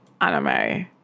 anime